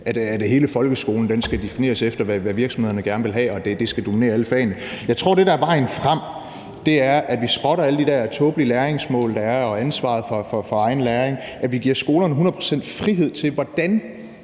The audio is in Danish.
at hele folkeskolen skal defineres af, hvad det er, virksomhederne gerne vil have, og at det skal dominere alle fagene. Jeg tror, at det, der er vejen frem, er, at vi skrotter alle de der tåbelige læringsmål, der er, og det med ansvaret for egen læring; at vi giver skolerne hundrede procent frihed til, hvordan